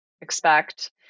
expect